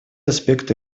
аспекты